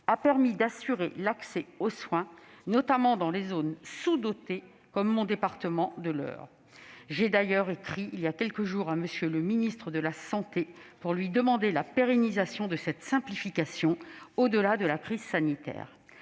a permis d'assurer l'accès aux soins, notamment dans les zones sous-dotées, comme mon département de l'Eure. J'ai d'ailleurs écrit il y a quelques jours à M. le ministre des solidarités et de la santé pour lui demander la pérennisation de cette simplification au-delà de la crise sanitaire.